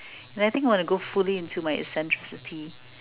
and I think I want to go fully into my eccentricity